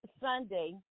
Sunday